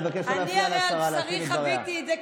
אני מבקש לא להפריע לשרה להשלים את דבריה.